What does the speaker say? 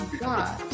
god